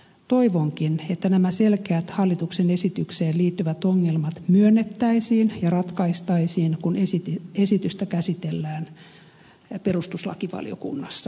toivonkin että nämä selkeät hallituksen esitykseen liittyvät ongelmat myönnettäisiin ja ratkaistaisiin kun esitystä käsitellään perustuslakivaliokunnassa